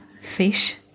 fish